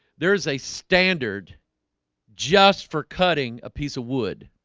there's a standard just for cutting a piece of wood